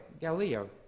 Galileo